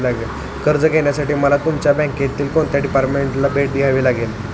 कर्ज घेण्यासाठी मला तुमच्या बँकेतील कोणत्या डिपार्टमेंटला भेट द्यावी लागेल?